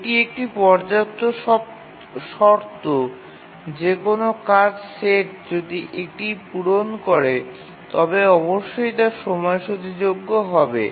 এটি একটি পর্যাপ্ত শর্ত যে কোনও কাজ সেট যদি এটি পূরণ করে তবে অবশ্যই তা সময়সূচীযোগ্য হবে